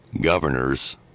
governors